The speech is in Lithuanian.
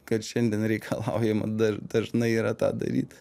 kad šiandien reikalaujama dar dažnai yra tą daryt